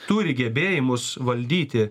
turi gebėjimus valdyti